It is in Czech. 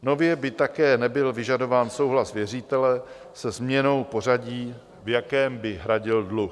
Nově by také nebyl vyžadován souhlas věřitele se změnou pořadí, v jakém by hradil dluh.